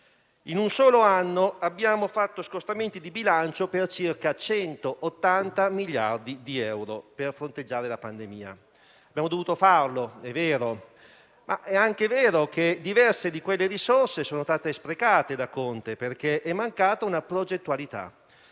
In un solo anno abbiamo operato scostamenti di bilancio per circa 180 miliardi di euro per fronteggiare la pandemia. Abbiamo dovuto farlo, è vero, ma è altrettanto vero che diverse di quelle risorse sono state sprecate dal presidente Conte perché è mancata una progettualità.